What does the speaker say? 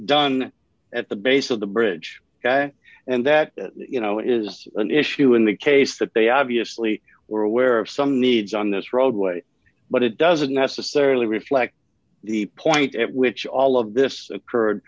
done at the base of the bridge and that you know is an issue in the case that they obviously were aware of some needs on this roadway but it doesn't necessarily reflect the point at which all of this occurred